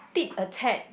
tick a tag